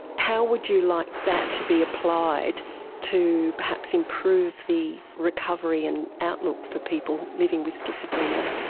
how would you like that to be applied to perhaps improve the recovery and outlook for people living with schizophrenia?